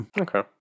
Okay